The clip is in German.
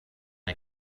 der